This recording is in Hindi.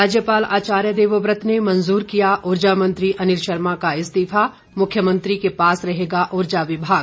राज्यपाल आचार्य देवव्रत ने मंजूर किया ऊर्जा मंत्री अनिल शर्मा का इस्तीफा मुख्यमंत्री के पास रहेगा ऊर्जा विभाग